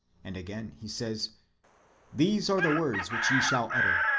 and again, he says these are the words which ye shall utter.